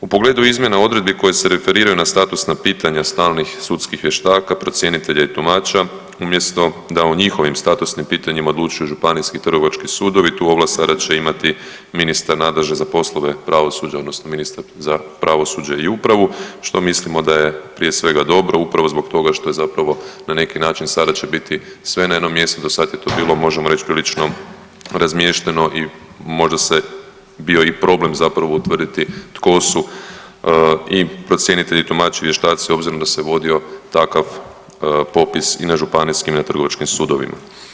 U pogledu izmjena odredbi koje se referiraju na statusna pitanja stalnih sudskih vještaka, procjenitelja i tumača umjesto da o njihovim statusnim pitanjima odlučuju županijski i trgovački sudovi, tu ovlast sada će imati ministar nadležan za poslove pravosuđa odnosno ministar za pravosuđe i upravu, što mislimo da je prije svega dobro upravo zbog toga što je zapravo, na neki način sada će biti sve na jednom mjestu, do sad je to bilo možemo reć prilično razmješteno i možda se bio i problem zapravo utvrditi tko su i procjenitelji i tumači i vještaci s obzirom da se vodio takav popis i na županijskim i na trgovačkim sudovima.